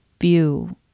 view